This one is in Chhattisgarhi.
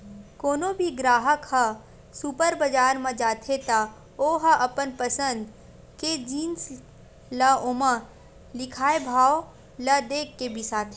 कोनो भी गराहक ह सुपर बजार म जाथे त ओ ह अपन पसंद के जिनिस ल ओमा लिखाए भाव ल देखके बिसाथे